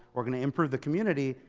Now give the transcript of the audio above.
we're going to improve the community.